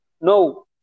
No